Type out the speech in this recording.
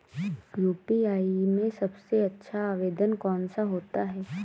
UPI में सबसे अच्छा आवेदन कौन सा होता है?